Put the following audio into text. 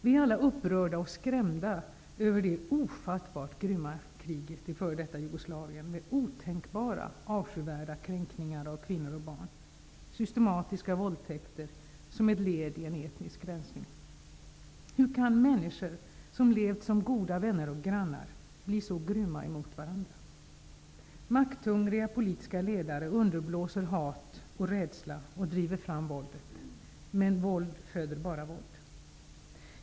Vi är alla upprörda och skrämda över det ofattbart grymma kriget i f.d. Jugoslavien, med otänkbara avskyvärda kränkningar av kvinnor och barn, och med systematiska våldtäkter som ett led i en etnisk rensning. Hur kan människor, som levt som goda vänner och grannar, bli så grymma mot varandra? Makthungriga politiska ledare underblåser hat och rädsla och driver fram våldet. Men våld föder bara våld.